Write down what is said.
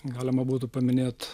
galima būtų paminėt